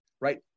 right